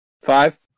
Five